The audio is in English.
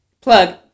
Plug